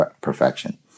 perfection